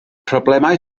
problemau